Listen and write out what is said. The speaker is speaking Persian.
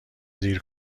دیر